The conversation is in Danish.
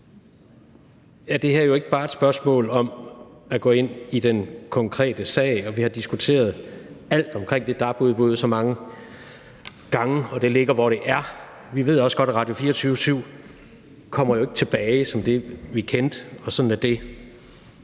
er det her jo ikke bare et spørgsmål om at gå ind i den konkrete sag, og vi har diskuteret alt omkring det dab-udbud så mange gange, og det ligger, hvor det gør. Vi ved også godt, at Radio24syv ikke kommer tilbage som det, vi kendte, og sådan er det.